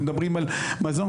אנחנו מדברים על מזון,